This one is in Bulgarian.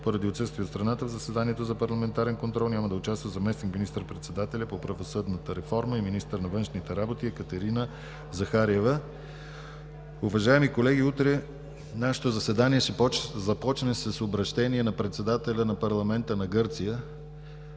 Поради отсъствие от страната в заседанието за парламентарен контрол няма да участва заместник министър-председателят по правосъдната реформа и министър на външните работи Екатерина Захариева. Уважаеми колеги, утре нашето заседание ще започне с обръщение на председателя на парламента на Гърция